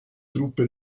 truppe